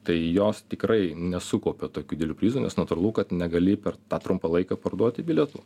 tai jos tikrai nesukaupia tokių didelių prizų nes natūralu kad negali per tą trumpą laiką parduoti bilietų